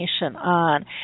on